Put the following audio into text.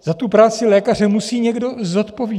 Za tu práci lékaře musí někdo zodpovídat.